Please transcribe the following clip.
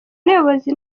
n’abayobozi